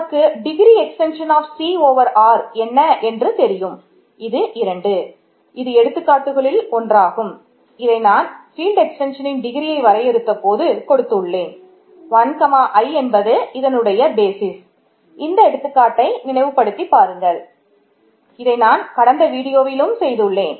நமக்கு டிகிரி செய்துள்ளேன்